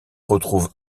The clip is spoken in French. retrouve